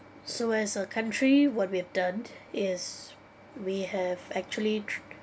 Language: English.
so as a country what we have done is we have actually